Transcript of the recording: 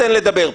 תן לדבר פה.